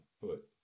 foot